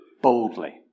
boldly